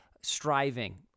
striving